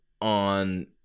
on